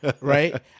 right